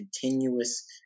continuous